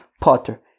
potter